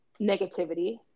negativity